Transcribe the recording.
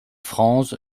franz